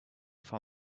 for